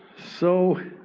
so